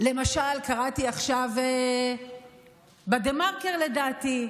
קראתי עכשיו בדה-מרקר, לדעתי,